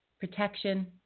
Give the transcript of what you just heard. protection